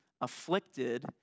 afflicted